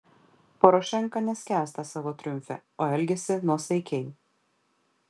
porošenka neskęsta savo triumfe o elgiasi nuosaikiai